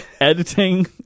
editing